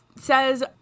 says